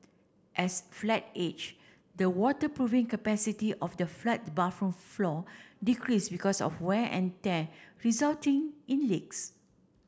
as flat age the waterproofing capacity of the flat bathroom floor decrease because of wear and tear resulting in leaks